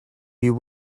you